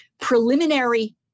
Preliminary